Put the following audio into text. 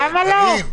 למה לא?